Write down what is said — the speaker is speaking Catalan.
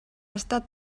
estat